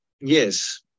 Yes